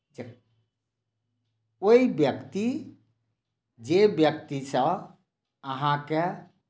जे ओहि व्यक्ति जे व्यक्तिसँ अहाँकेँ